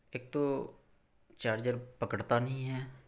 ایک تو چارجر پکڑتا نہیں ہے